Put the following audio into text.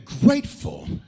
grateful